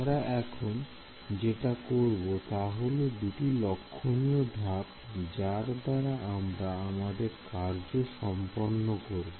আমরা এখন যেটা করব তা হল দুটি লক্ষণীয় ধাপ যার দ্বারা আমরা আমাদের কার্য সম্পন্ন করব